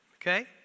okay